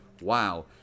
wow